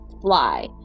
fly